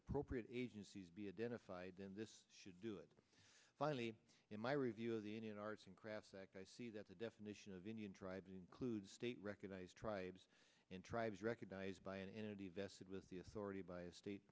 appropriate agencies be identified then this should do it finally in my review of the indian arts and crafts that i see that the definition of indian tribes includes state recognized tribes and tribes recognized by an entity vested with the authority by a state